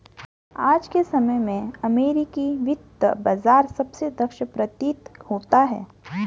आज के समय में अमेरिकी वित्त बाजार सबसे दक्ष प्रतीत होता है